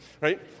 right